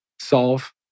solve